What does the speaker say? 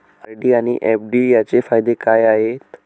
RD आणि FD यांचे फायदे काय आहेत?